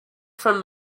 from